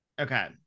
okay